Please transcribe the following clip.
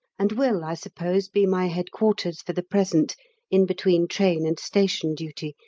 and will, i suppose, be my headquarters for the present in between train and station duty,